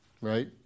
right